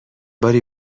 باری